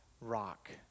rock